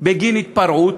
בגין התפרעות.